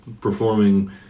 performing